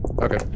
Okay